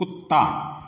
कुत्ता